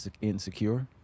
insecure